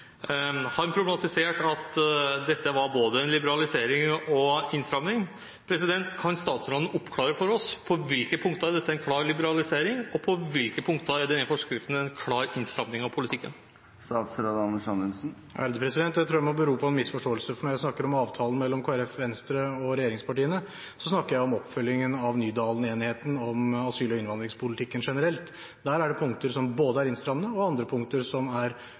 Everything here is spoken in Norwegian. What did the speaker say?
hvilke punkter er dette en klar liberalisering, og på hvilke punkter er denne forskriften en klar innstramming av politikken? Jeg tror det må bero på en misforståelse, for når jeg snakker om avtalen mellom Kristelig Folkeparti og Venstre og regjeringspartiene, snakker jeg om oppfølgingen av Nydalen-enigheten om asyl- og innvandringspolitikken generelt. Der er det både punkter som er innstrammende og andre punkter som er